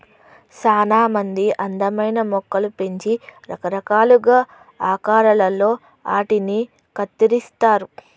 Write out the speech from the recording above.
సానా మంది అందమైన మొక్కలు పెంచి రకరకాలుగా ఆకారాలలో ఆటిని కత్తిరిస్తారు